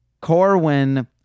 Corwin